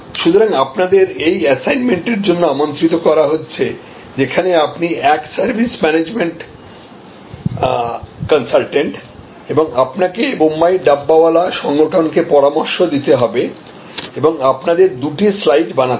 সুতরাং আপনাদের এই অ্যাসাইনমেন্টের জন্য আমন্ত্রিত করা হচ্ছে যেখানে আপনি এক সার্ভিস ম্যানেজমেন্ট কনসালটেন্ট এবং আপনাকে বোম্বাই ডাববাওয়ালা সংগঠনকে পরামর্শ দিতে হবে এবং আপনাদের দুটি স্লাইড বানাতে হবে